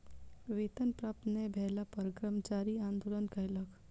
वेतन प्राप्त नै भेला पर कर्मचारी आंदोलन कयलक